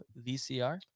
VCR